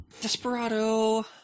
Desperado